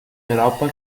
europa